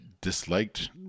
disliked